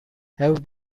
have